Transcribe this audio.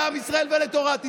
לעם ישראל ולתורת ישראל.